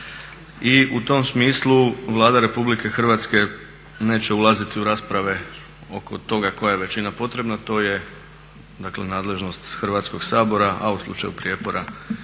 I u tom smislu Vlada Republike Hrvatske neće ulaziti u rasprave oko toga koja je većina potrebna, to je dakle nadležnost Hrvatskoga sabora a u slučaju prijepora